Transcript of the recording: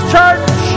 Church